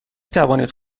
توانید